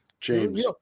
James